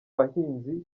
bahinzi